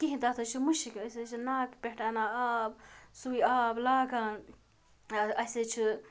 کِہیٖنۍ تَتھ حظ چھِ مُشک أسۍ حظ چھِ ناگہٕ پٮ۪ٹھ اَنان آب سُے آب لاگان اَسہِ حظ چھِ